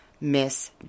Miss